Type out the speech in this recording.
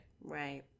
Right